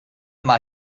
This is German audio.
mal